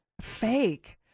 Fake